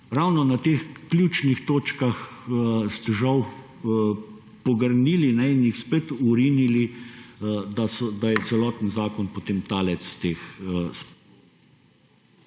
ravno na teh ključnih točkah ste žal pogrnili in jih spet vrnili, da je celoten zakon potem talec teh …